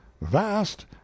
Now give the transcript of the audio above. vast